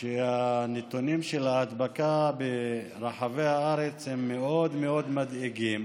והנתונים של ההדבקה ברחבי הארץ הם מאוד מאוד מדאיגים